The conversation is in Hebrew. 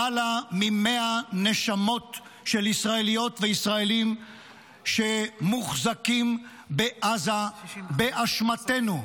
למעלה ממאה נשמות של ישראליות וישראלים שמוחזקים בעזה באשמתנו.